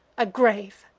a grave.